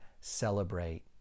celebrate